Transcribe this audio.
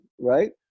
right